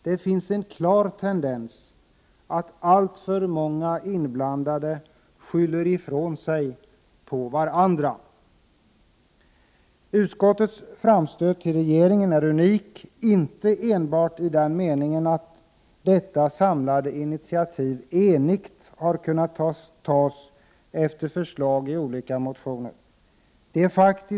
Det finns en klar tendens att alltför många inblandade skyller ifrån sig på varandra. Utskottets framstöt till regeringen är unik, men inte enbart i den meningen att detta samlade initiativ enigt har kunnat tas efter förslag i olika motioner.